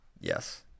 Yes